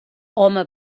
home